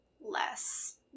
less